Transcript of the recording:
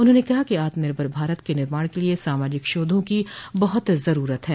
उन्होंने कहा कि आत्मनिर्भर भारत के निर्माण के लिये सामाजिक शोधों की बहुत जरूरत है